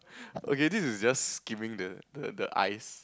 okay this is just giving the the the ice